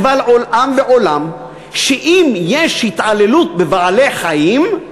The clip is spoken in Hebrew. קבל עם ועולם שאם יש התעללות בבעלי-חיים,